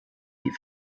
die